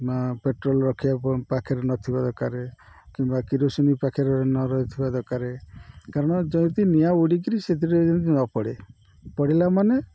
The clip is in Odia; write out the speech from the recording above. କିମ୍ବା ପେଟ୍ରୋଲ୍ ରଖିବା ପାଖରେ ନଥିବା ଦରକାର କିମ୍ବା କିରୋସନ ପାଖରେ ନ ରହିଥିବା ଦରକାର କାରଣ ଯିତିି ନିଆଁ ଉଡ଼ିକରି ସେଥିରେ ଯେମିତି ନ ପଡ଼େ ପଢଡ଼ିଲା ମାନ